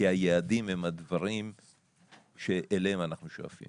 כי היעדים הם הדברים שאליהם אנחנו שואפים.